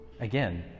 Again